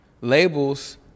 labels